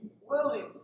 willing